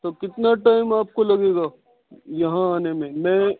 تو کتنا ٹائم آپ کو لگے گا یہاں آنے میں میں